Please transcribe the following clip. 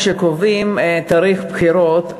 כשקובעים תאריך בחירות,